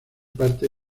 parte